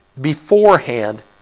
beforehand